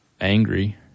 angry